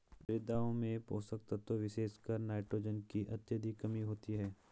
मृदाओं में पोषक तत्वों विशेषकर नाइट्रोजन की अत्यधिक कमी होती है